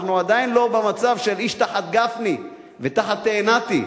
אנחנו עדיין לא במצב של "איש תחת גפני" ו"תחת תאנתי",